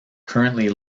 currently